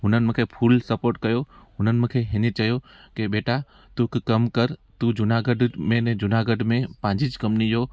उन्हनि मूंखे full support कयो हुननि मूंखे हिनी चयो के बेटा तू हिकु कमु कर तू जूनागढ़ में जूनागढ़ में पंहिंजी कंपनी जो